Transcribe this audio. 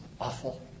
awful